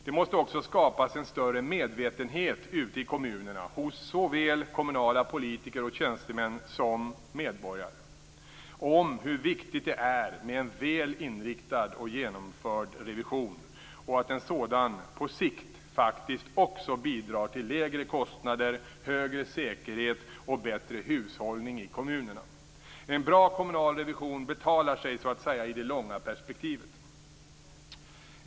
Det måste också skapas en större medvetenhet ute i kommunerna, hos såväl kommunala politiker och tjänstemän som medborgare, om hur viktigt det är med en väl inriktad och genomförd revision och att en sådan på sikt faktiskt också bidrar till lägre kostnader, högre säkerhet och bättre hushållning i kommunerna. En bra kommunal revision betalar sig så att säga i det långa perspektivet.